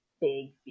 big